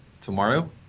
tomorrow